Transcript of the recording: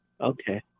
Okay